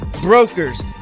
brokers